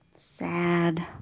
Sad